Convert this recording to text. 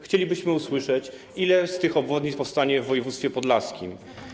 Chcielibyśmy usłyszeć, ile z tych obwodnic powstanie w województwie podlaskim.